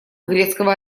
грецкого